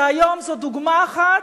שהיום זו דוגמה אחת,